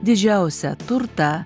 didžiausią turtą